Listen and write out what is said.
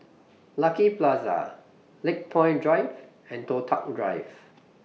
Lucky Plaza Lakepoint Drive and Toh Tuck Drive